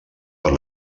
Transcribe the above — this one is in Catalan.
per